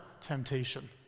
temptation